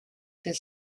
this